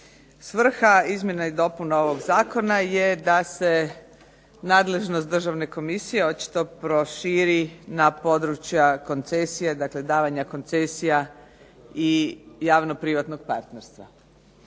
Svrha izmjena i dopuna ovog zakona je da se nadležnost Državne komisije očito proširi na područja koncesije, dakle davanja koncesija i javno-privatnog partnerstva.